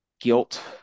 guilt